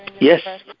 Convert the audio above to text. Yes